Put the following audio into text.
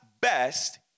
best